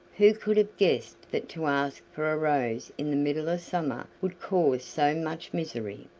who could have guessed that to ask for a rose in the middle of summer would cause so much misery?